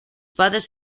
padres